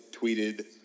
tweeted